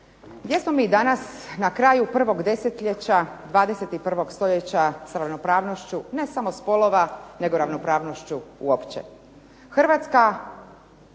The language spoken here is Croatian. Gdje smo mi danas na kraju prvog desetljeća 21. stoljeća sa ravnopravnošću, ne samo spolova, nego ravnopravnošću uopće.